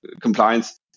compliance